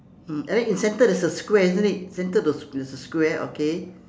mm and then in center there's a square isn't center there's a square okay